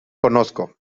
conozco